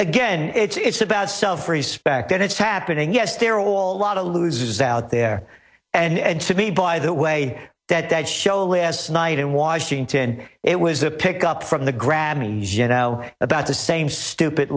again it's about self respect that it's happening yes there are a lot of losers out there and to be by the way that that show last night in washington it was a pick up from the grammys you know about the same stupid